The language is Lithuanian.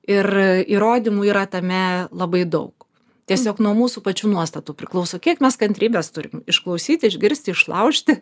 ir įrodymų yra tame labai daug tiesiog nuo mūsų pačių nuostatų priklauso kiek mes kantrybės turim išklausyti išgirsti išlaužti